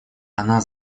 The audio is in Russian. она